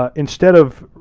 ah instead of,